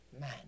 man